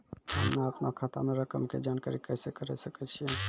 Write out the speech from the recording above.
हम्मे अपनो खाता के रकम के जानकारी कैसे करे सकय छियै?